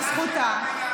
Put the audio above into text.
זו זכותה.